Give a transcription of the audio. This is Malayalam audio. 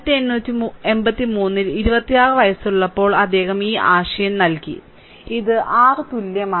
1883 ൽ 26 വയസ്സുള്ളപ്പോൾ അദ്ദേഹം ഈ ആശയം നൽകി ഇത് r തുല്യമാണ്